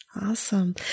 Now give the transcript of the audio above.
Awesome